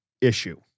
issue